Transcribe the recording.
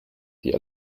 wie